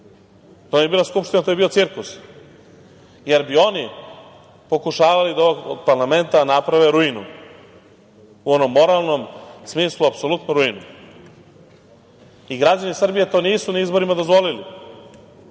To ne bi bila Skupština, to bi bio cirkus, jer bi oni pokušavali da od ovog parlamenta naprave ruinu u onom moralnom smislu, apsolutnu ruinu. Građani Srbije to nisu na izborima dozvolili.